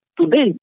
Today